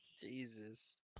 Jesus